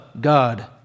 God